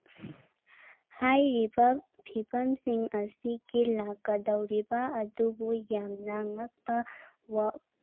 ꯍꯥꯏꯔꯤꯕ ꯐꯤꯕꯝꯁꯤꯡ ꯑꯁꯤꯒꯤ ꯂꯥꯛꯀꯗꯧꯔꯤꯕ ꯑꯗꯨꯕꯨ ꯌꯥꯝꯅ ꯉꯛꯄ